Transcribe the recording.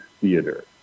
theater